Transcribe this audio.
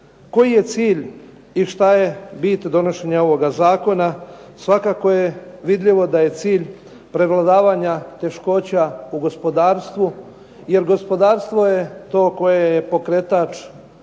Koji je cilj, i što je bit donošenja ovog Zakona svakako je vidljivo da je cilj prevladavanja teškoća u gospodarstvu, jer gospodarstvo je to koje je pokretač